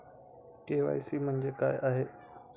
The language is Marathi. के.वाय.सी म्हणजे काय आहे?